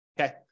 okay